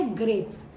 grapes